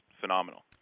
phenomenal